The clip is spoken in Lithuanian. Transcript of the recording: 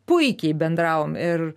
puikiai bendravom ir